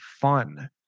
fun